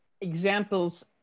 examples